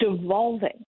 devolving